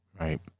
Right